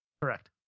Correct